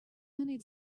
many